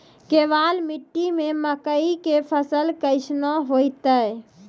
केवाल मिट्टी मे मकई के फ़सल कैसनौ होईतै?